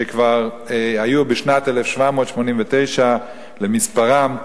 שכבר היו בשנת 1789 למספרם,